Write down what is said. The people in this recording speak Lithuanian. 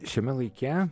šiame laike